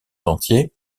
sentiers